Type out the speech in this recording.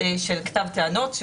של כתב טענות.